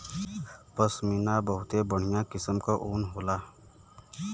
पश्मीना बहुते बढ़िया किसम क ऊन होला